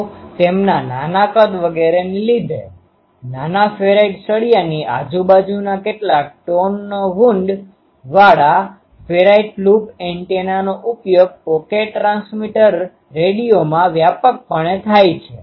તો તેમના નાના કદ વગેરેને લીધે નાના ફેરાઇટ સળિયાની આજુબાજુના કેટલાક ટોનના વુંન્ડwoundઘા વાળા ફેરાઇટ લૂપ એન્ટેનાનો ઉપયોગ પોકેટ ટ્રાન્સમીટર રેડિયોમાં વ્યાપકપણે થાય છે